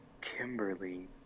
Kimberly